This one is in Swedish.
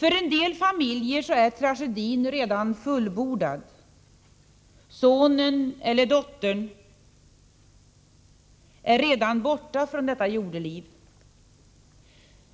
För en del familjer är tragedin redan fullbordad — sonen eller dottern är borta från detta jordeliv.